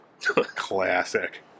Classic